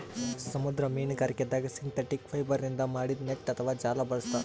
ಸಮುದ್ರ ಮೀನ್ಗಾರಿಕೆದಾಗ್ ಸಿಂಥೆಟಿಕ್ ಫೈಬರ್ನಿಂದ್ ಮಾಡಿದ್ದ್ ನೆಟ್ಟ್ ಅಥವಾ ಜಾಲ ಬಳಸ್ತಾರ್